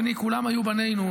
כולם היו בנינו,